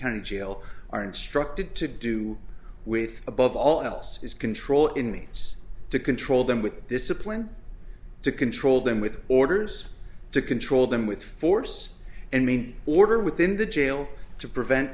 county jail are instructed to do with above all else is control in means to control them with discipline to control them with orders to control them with force any order within the jail to prevent